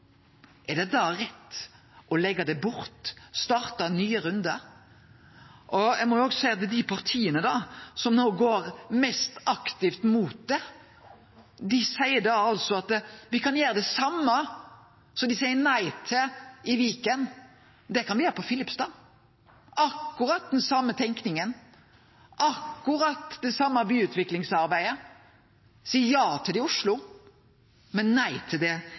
Er det da rett å leggje det bort, starte nye rundar? Eg må òg seie at dei partia som no går mest aktivt mot det, seier altså at me kan gjere det same som dei seier nei til i Viken. Det kan me gjere på Filipstad – akkurat den same tenkinga, akkurat det same byutviklingsarbeidet. Dei seier ja til det i Oslo, men nei til det